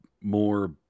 more